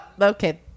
Okay